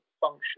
function